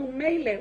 נו מילא,